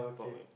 for my